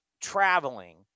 traveling